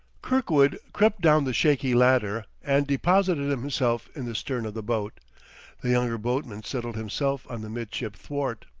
kirkwood crept down the shaky ladder and deposited himself in the stern of the boat the younger boatman settled himself on the midship thwart.